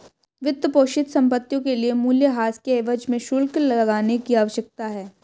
वित्तपोषित संपत्तियों के लिए मूल्यह्रास के एवज में शुल्क लगाने की आवश्यकता है